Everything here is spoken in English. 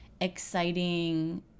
exciting